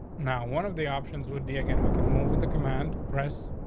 now. one of the options would be again. we can move with the command, press,